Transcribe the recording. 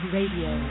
Radio